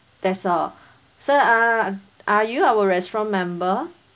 that's all sir uh are you our restaurant member